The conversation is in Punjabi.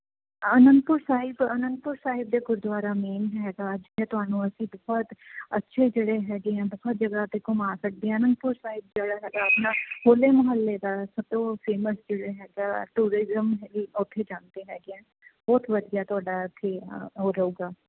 ਅਨੰਦਪੁਰ ਸਾਹਿਬ ਅਨੰਦਪੁਰ ਸਾਹਿਬ ਦੇ ਗੁਰਦੁਆਰਾ ਮੇਨ ਹੈਗਾ ਜਿੱਥੇ ਤੁਹਾਨੂੰ ਅਸੀਂ ਬਹੁਤ ਅੱਛੇ ਜਿਹੜੇ ਹੈਗੇ ਹੈ ਬਹੁਤ ਜਗ੍ਹਾ 'ਤੇ ਘੁੰਮਾ ਸਕਦੇ ਅਨੰਦਪੁਰ ਸਾਹਿਬ ਜਿਹੜਾ ਹੈਗਾ ਆਪਣਾ ਹੋਲੇ ਮਹੱਲੇ ਦਾ ਸਭ ਤੋਂ ਫੇਮੱਸ ਜਿਹੜਾ ਹੈਗਾ ਟੂਰਿਜ਼ਮ ਉੱਥੇ ਜਾਂਦੇ ਹੈਗੇ ਆ ਬਹੁਤ ਵਧੀਆ ਤੁਹਾਡਾ ਉੱਥੇ ਉਹ ਰਹੇਗਾ